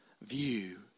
view